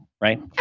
right